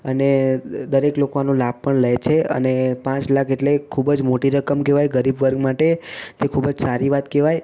અને દરેક લોકો આનો લાભ પણ લે છે અને પાંચ લાખ એટલે ખૂબ જ મોટી રકમ કહેવાય ગરીબ વર્ગ માટે એ ખૂબ જ સારી વાત કહેવાય